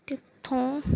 ਕਿੱਥੋਂ